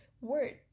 word